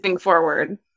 forward